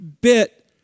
bit